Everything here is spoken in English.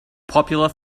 popular